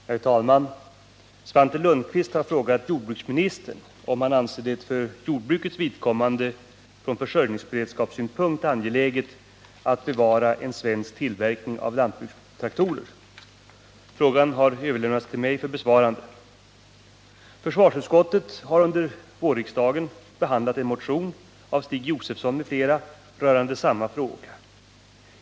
Herr talman! Svante Lundkvist har frågat jordbruksministern om han anser det för jordbrukets vidkommande från försörjningsberedskapssynpunkt angeläget att bevara en svensk tillverkning av lantbrukstraktorer. Frågan har överlämnats till mig för besvarande. Försvarsutskottet har under vårriksdagen behandlat en motion av Stig Josefson m.fl. rörande samma fråga.